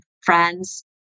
friends